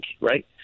right